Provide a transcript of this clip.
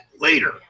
later